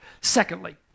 Secondly